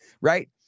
right